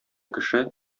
кеше